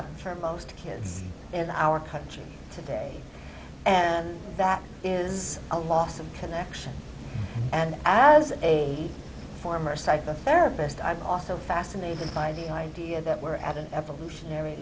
for most kids in our country today and that is a loss of connection and as a former psychotherapist i'm also fascinated by the idea that we are at an evolutionary